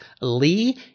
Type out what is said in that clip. Lee